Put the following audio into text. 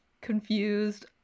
confused